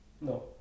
No